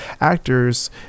actors